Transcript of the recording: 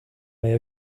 may